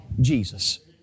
Jesus